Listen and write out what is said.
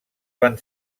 van